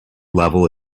level